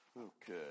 Okay